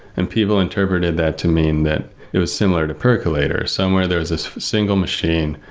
and people interpreted that to mean that it was similar to percolator. somewhere there's a single machine,